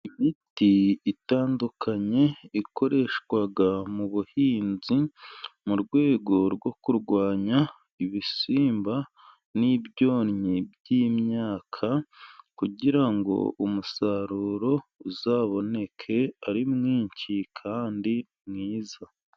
Imiti itandukanye ikoreshwa mu buhinzi, mu rwego rwo kurwanya ibisimba, n'ibyonnyi byimyaka, kugira ngo umusaruro uzaboneke ari mwinshi kandi mwiza.